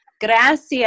gracias